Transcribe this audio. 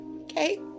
Okay